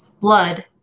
blood